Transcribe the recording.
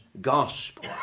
Gospel